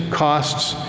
costs,